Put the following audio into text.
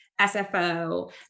SFO